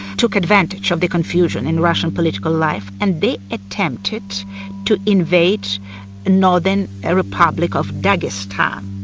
took advantage of the confusion in russian political life and they attempted to invade northern ah republic of dagestan.